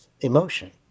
emotion